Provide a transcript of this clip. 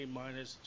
minus